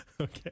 okay